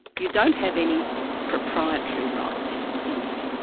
you don't have any proprietary rights in it.